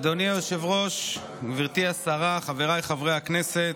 אדוני היושב-ראש, גברתי השרה, חבריי חברי הכנסת,